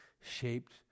shaped